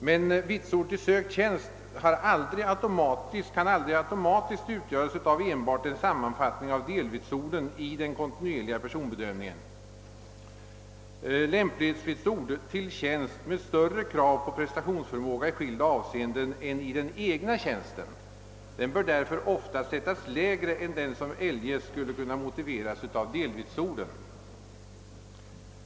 Men vitsord till sökt tjänst kan aldrig automatiskt utgöras enbart av en sammanfattning av delvitsorden i den kontinuerliga personbedömningen. Lämplighetsvitsord till tjänst med större krav på prestationsförmåga i skilda avseenden än i den egna tjänsten bör därför oftast sättas lägre än vad som eljest skulle kunna motiveras av delvitsorden.